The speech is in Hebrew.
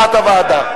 כהצעת הוועדה.